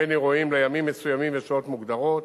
הבין-עירוניים לימים מסוימים ושעות מוגדרות,